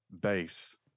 base